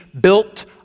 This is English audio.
built